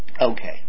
Okay